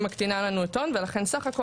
היא מקטינה לנו את ההון ולכן סך הכל